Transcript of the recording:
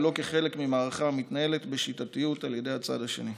ולא כחלק ממערכה המתנהלת בשיטתיות על ידי הצד השני.